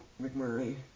McMurray